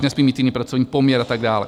Nesmí mít jiný pracovní poměr a tak dále.